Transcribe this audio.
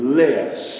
less